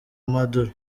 maduro